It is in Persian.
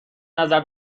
نظر